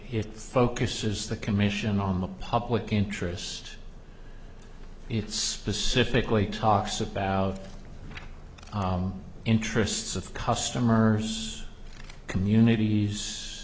it focuses the commission on the public interest it specifically talks about interests of customers communit